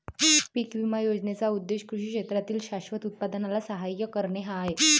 पीक विमा योजनेचा उद्देश कृषी क्षेत्रातील शाश्वत उत्पादनाला सहाय्य करणे हा आहे